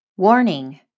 Warning